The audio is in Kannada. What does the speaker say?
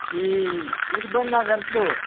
ಈ ಇದು ಬಂದಾಗಂತೂ